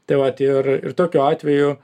tai vat ir ir tokiu atveju